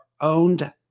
owned